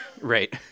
right